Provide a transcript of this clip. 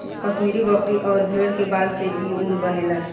कश्मीरी बकरी अउरी भेड़ के बाल से इ ऊन बनेला